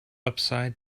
upside